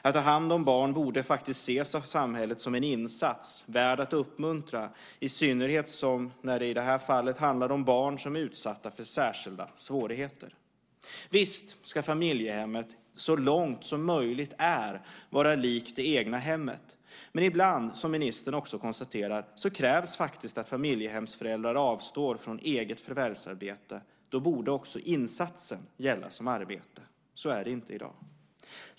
Att ta hand om barn borde faktiskt av samhället ses som en insats värd att uppmuntra, i synnerhet när det som i det här fallet handlar om barn som är utsatta för särskilda svårigheter. Visst ska familjehemmet så långt som möjligt vara likt det egna hemmet. Men ibland - som ministern också konstaterar - krävs faktiskt att familjehemsföräldrar avstår från eget förvärvsarbete. Då borde också insatsen gälla som arbete. Så är det inte i dag.